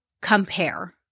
compare